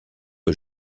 que